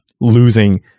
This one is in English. losing